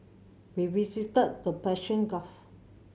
we visited the Persian Gulf